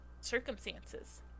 circumstances